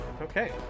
Okay